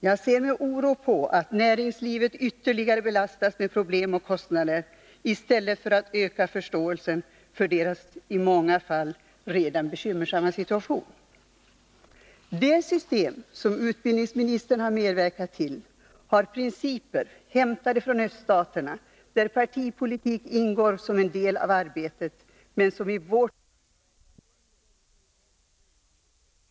Jag ser med oro på att man ytterligare belastar näringslivet med problem och kostnader i stället för att öka förståelsen för dess i många fall redan bekymmersamma situation. Det system som utbildningsministern har medverkat till och vars principer är hämtade från öststaterna, där partipolitik ingår som en del av arbetet, är främmande för vårt demokratiska samhällssystem.